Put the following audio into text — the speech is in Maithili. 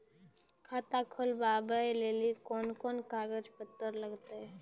खाता खोलबाबय लेली कोंन कोंन कागज पत्तर लगतै?